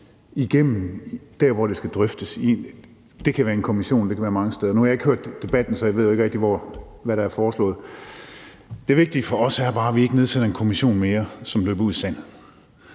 det der, hvor det skal drøftes. Det kan være i en kommission, og det kan være mange steder; nu har jeg ikke hørt debatten, så jeg ved ikke rigtig, hvad der er foreslået. Det vigtige for os er bare, at vi ikke nedsætter en kommission mere, som løber ud i sandet.